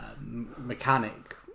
mechanic